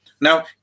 Now